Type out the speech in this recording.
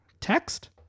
text